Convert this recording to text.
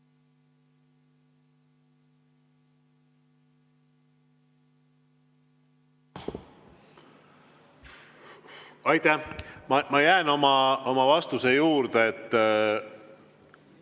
Ma jään oma vastuse juurde,